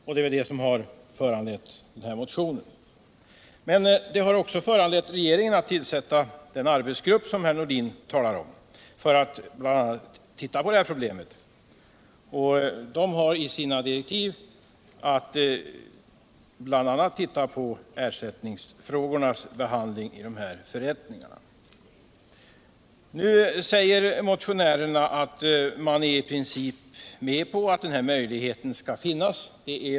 Det är väl det som har föranlett motionen. Men det har också föranlett regeringen att tillsätta den arbetsgrupp som herr Nordin talar om och som bl.a. skall undersöka detta problem. Det ingår i direktiven att arbetsgruppen skall undersöka ersättningsfrågornas behandling vid förrättningarna. Nu säger motionärerna att man i princip är med på att den här möjligheten skall finnas.